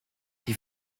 die